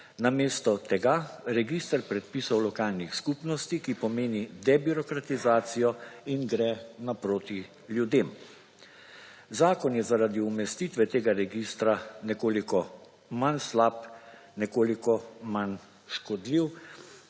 namesto tega register predpisov lokalnih skupnosti, ki pomeni debirokratizacijo in gre naproti ljudem. Zakon je, zaradi umestitve tega registra nekoliko manj slab, nekoliko manj škodljiv